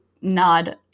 nod